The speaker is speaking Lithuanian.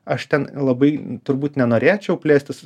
aš ten labai turbūt nenorėčiau plėstis